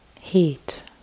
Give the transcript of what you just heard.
Heat